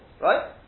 right